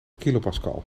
kilopascal